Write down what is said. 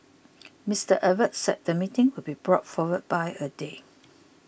Mister Abbott said the meeting would be brought forward by a day